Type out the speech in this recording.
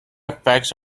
effects